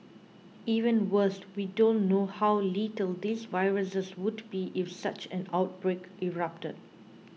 even worse we don't know how lethal these viruses would be if such an outbreak erupted